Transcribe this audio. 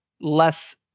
less